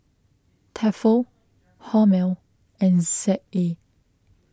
Tefal Hormel and Z A